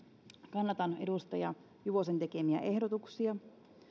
kannatan edustaja juvosen tekemiä ehdotuksia